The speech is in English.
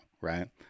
right